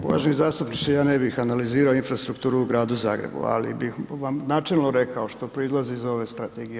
Uvaženi zastupniče, ja ne bih analizirao infrastrukturu u Gradu Zagrebu, ali bih vam načelno rekao što proizlazi iz ove strategije.